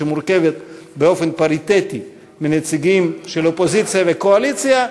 שמורכבת באופן פריטטי מנציגים של האופוזיציה והקואליציה,